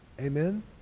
Amen